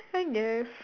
I guess